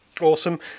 awesome